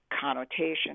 connotation